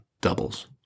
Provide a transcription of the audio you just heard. doubles